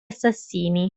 assassini